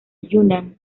yunnan